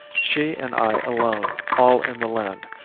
she and i alone all in the land,